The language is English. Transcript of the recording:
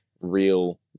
real